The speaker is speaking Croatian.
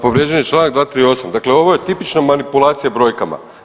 Povrijeđen je Članak 238., dakle ovo je tipična manipulacija brojkama.